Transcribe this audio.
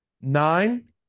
Nine